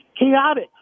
chaotic